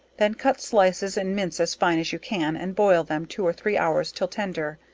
then cut slices and mince as fine as you can and boil them two or three hours till tender,